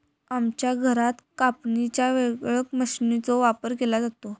आमच्या घरात कापणीच्या वेळेक मशीनचो वापर केलो जाता